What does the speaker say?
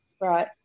right